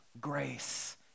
Grace